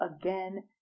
again